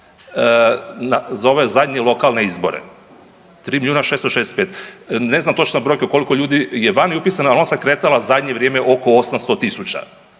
za ove zadnje lokalne izbore, 3 milijuna 665. Ne znam točno brojku koliko je ljudi vani upisano, ali ona se kretala zadnje vrijeme oko 800.000